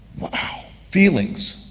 wow, feelings.